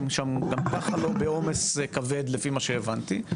שם גם ככה לא בעומס כבד לפי מה שהבנתי,